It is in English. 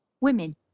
women